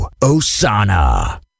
Osana